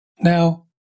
Now